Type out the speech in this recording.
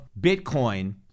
Bitcoin